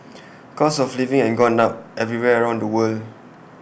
costs of living have gone up everywhere around the world